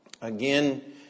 Again